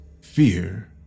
fear